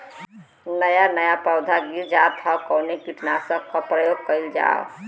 नया नया पौधा गिर जात हव कवने कीट नाशक क प्रयोग कइल जाव?